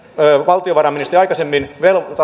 valtiovarainministeri aikaisemmin